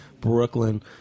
Brooklyn